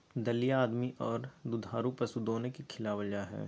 दलिया आदमी आर दुधारू पशु दोनो के खिलावल जा हई,